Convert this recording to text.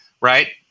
right